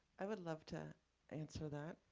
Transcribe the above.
i would love to answer that.